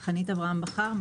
אני חנית אברהם בכר,